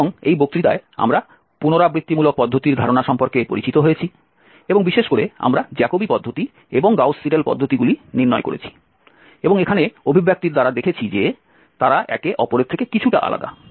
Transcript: এবং এই বক্তৃতায় আমরা পুনরাবৃত্তিমূলক পদ্ধতির ধারণা সম্পর্কে পরিচিত হয়েছি এবং বিশেষ করে আমরা জ্যাকোবি পদ্ধতি এবং গাউস সীডেল পদ্ধতিগুলি নির্ণয় করেছি এবং এখানে অভিব্যক্তির দ্বারা দেখেছি যে তারা একে অপরের থেকে কিছুটা আলাদা